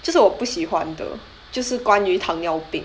这是我不喜欢的就是关于糖尿病